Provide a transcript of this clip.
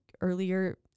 earlier